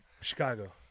Chicago